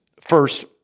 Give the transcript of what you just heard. First